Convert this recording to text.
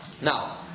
Now